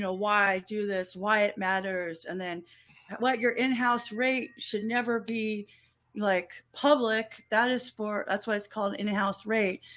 why do this, why it matters, and then what your in house rate should never be like public. that is for us what it's called in house rate.